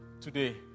today